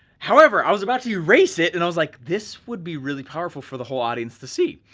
however, i was about to erase it and i was like, this would be really powerful for the whole audience to see.